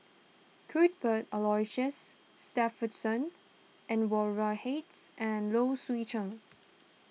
Cuthbert Aloysius Shepherdson Anwarul Hate and Low Swee Chen